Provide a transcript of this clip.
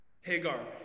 Hagar